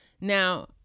Now